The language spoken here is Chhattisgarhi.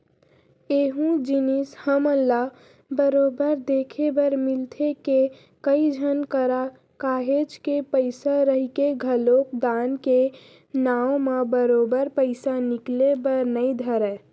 एहूँ जिनिस हमन ल बरोबर देखे बर मिलथे के, कई झन करा काहेच के पइसा रहिके घलोक दान के नांव म बरोबर पइसा निकले बर नइ धरय